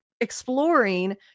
exploring